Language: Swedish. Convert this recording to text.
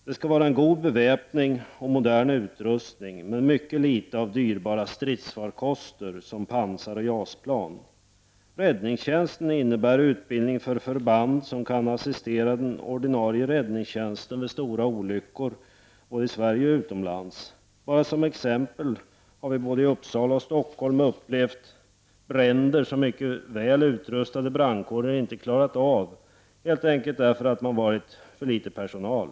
Det skall vara en god beväpning och modern utrustning, men mycket litet av dyrbara stridsfarkoster som pansarfordon och JAS Räddningstjänsten innebär utbildning för förband som kan assistera den ordinarie räddningstjänsten vid stora olyckor både i Sverige och utomlands. Bara som ett exempel vill jag nämna de bränder som vi har upplevt i både Uppsala och Stockholm och som mycket väl utrustade brandkårer inte har klarat av helt enkelt därför att man haft för litet personal.